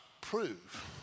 prove